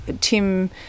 Tim